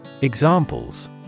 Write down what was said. Examples